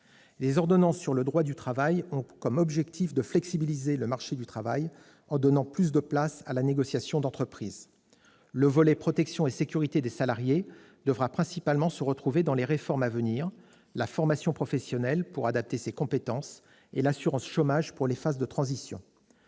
Les ordonnances sur le droit du travail ont pour objectif de flexibiliser le marché du travail en donnant plus de place à la négociation d'entreprise. Le volet relatif à la protection et à la sécurité des salariés devra principalement se retrouver dans les réformes à venir : celles de la formation professionnelle pour adapter ses compétences et de l'assurance chômage pour les phases de transition.